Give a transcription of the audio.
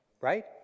right